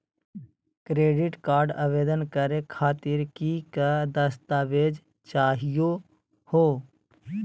Credit card आवेदन करे खातीर कि क दस्तावेज चाहीयो हो?